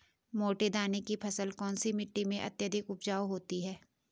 मोटे दाने की फसल कौन सी मिट्टी में अत्यधिक उपजाऊ होती है?